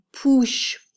push